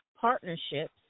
partnerships